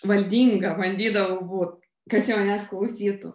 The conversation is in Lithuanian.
valdinga bandydavau būt kad čia manęs klausytų